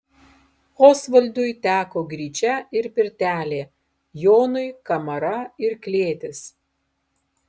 osvaldui teko gryčia ir pirtelė jonui kamara ir klėtis